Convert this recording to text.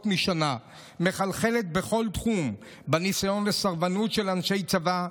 משנה מחלחלת בכל תחום: בניסיון לסרבנות של אנשי צבא,